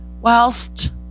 whilst